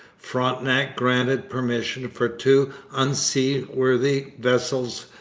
frontenac granted permission for two unseaworthy vessels,